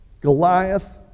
Goliath